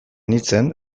nintzen